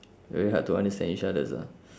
very hard to understand each others ah